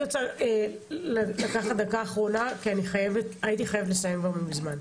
אני רוצה לקחת דקה אחרונה כי הייתי חייבת לסיים כבר מזמן.